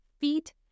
feet